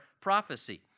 prophecy